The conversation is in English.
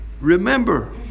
remember